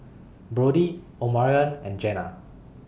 Brodie Omarion and Jena